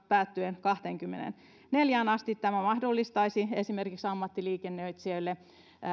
päättyen kahteenkymmeneenneljään tämä mahdollistaisi esimerkiksi ammattiliikennöitsijöille